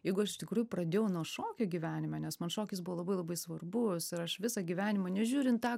jeigu aš iš tikrųjų pradėjau nuo šokio gyvenime nes man šokis buvo labai labai svarbus ir aš visą gyvenimą nežiūrint tą